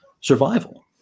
survival